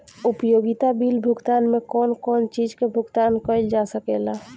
उपयोगिता बिल भुगतान में कौन कौन चीज के भुगतान कइल जा सके ला?